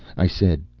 i said